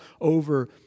over